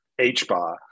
HBAR